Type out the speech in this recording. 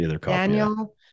Daniel